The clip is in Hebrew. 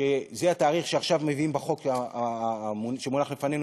שזה התאריך שעכשיו מביאים בחוק שמונח לפנינו,